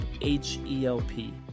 H-E-L-P